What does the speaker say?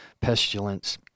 pestilence